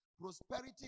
prosperity